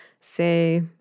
say